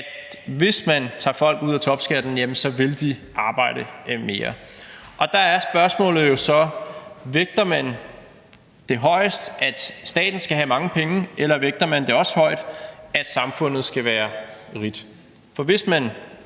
hvis man fjerner topskatten fra folk, så vil de arbejde mere. Og der er spørgsmålet jo så: Vægter man det højest, at staten skal have mange penge, eller vægter man det også højt, at samfundet skal være rigt?